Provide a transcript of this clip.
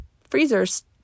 freezers